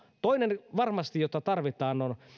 toinen jota varmasti tarvitaan on